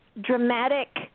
dramatic